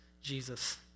Jesus